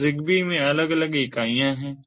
तो ZigBee में अलग अलग इकाइयाँ हैं